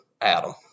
Adam